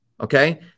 okay